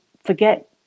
forget